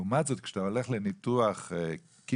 לעומת זאת כשאתה הולך לניתוח קילה,